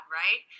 right